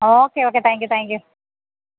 okay okay thank you thank you